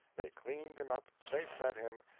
they cleaned him up, they fed him,